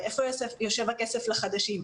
ואיפה יושב הכסף לחדשים.